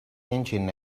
engine